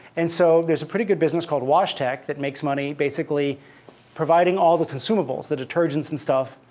and so there's a pretty good business called washtec that makes money basically providing all the consumables, the detergents and stuff,